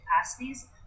capacities